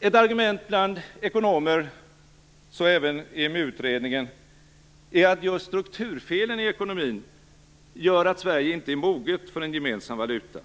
Ett argument bland ekonomer, och så även i EMU-utredningen, är att just strukturfelen i ekonomin gör att Sverige inte är moget för en gemensam valuta.